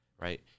right